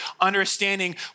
understanding